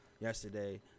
yesterday